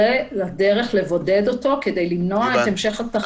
זו הדרך לבודד אותו כדי למנוע את המשך התחלואה.